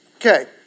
Okay